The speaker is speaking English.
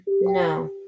No